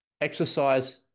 Exercise